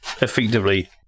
effectively